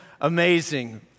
amazing